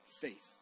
faith